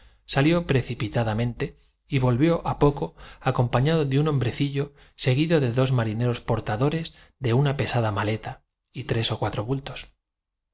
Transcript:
atestada de te y volvió a poco acompañando a un hombrecillo seguido de dos cristianos y tras una ligera pausa el posadero añadió vienen ma rineros portadores de una pesada maleta y tres o cuatro bultos